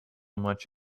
much